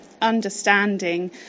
Understanding